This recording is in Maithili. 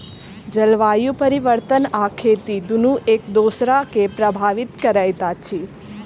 जलवायु परिवर्तन आ खेती दुनू एक दोसरा के प्रभावित करैत अछि